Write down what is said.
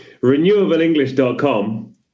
renewableenglish.com